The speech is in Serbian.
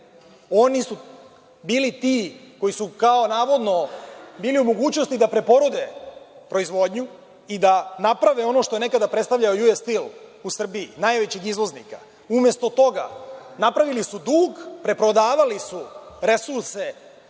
Oni su bili ti koji su, kao, navodno, bili u mogućnosti da preporode proizvodnju i da naprave ono što je nekada predstavljao „Ju-es Stil“ u Srbiji, najvećeg izvoznika. Umesto toga, napravili su dug, preprodavali su resurse